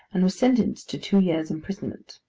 and was sentenced to two years' imprisonment.